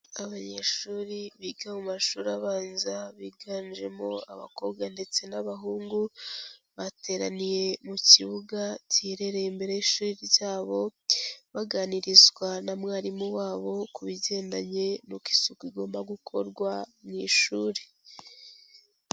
Abanyeshuri biga mu mashuri abanza biganjemo abakobwa ndetse n'abahungu, bateraniye mu kibuga giherereye imbere y'ishuri ryabo, baganirizwa na mwarimu wabo ku bigendanye n'uko isuku igomba gukorwa mu ishuri.